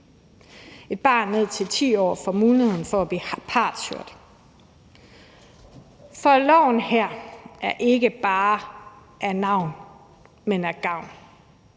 Et barn ned til 10 år får muligheden for at blive partshørt. For loven her er ikke bare af navn, men af gavn.